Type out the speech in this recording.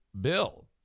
bill